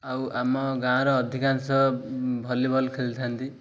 ଆଉ ଆମ ଗାଁର ଅଧିକାଂଶ ଭଲିବଲ୍ ଖେଳିଥାନ୍ତି